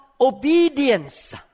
obedience